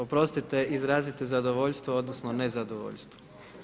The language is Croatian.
Oprostite, izrazite zadovoljstvo odnosno nezadovoljstvo.